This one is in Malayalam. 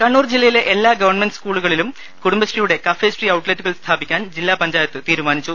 കണ്ണൂർ ജില്ലയിലെ എല്ലാ ഗവൺമെന്റ് സ്കൂളുകളിലും കുടും ബശ്രീയുടെ കഫേ ശ്രീ ഔട്ലെറ്റുകൾ സ്ഥാപിക്കാൻ ജില്ലാ പഞ്ചായത്ത് തീരുമാനിച്ചു